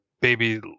Baby